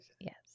Yes